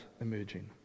emerging